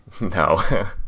No